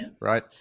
right